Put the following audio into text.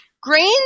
Grains